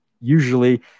usually